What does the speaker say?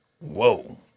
whoa